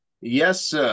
Yes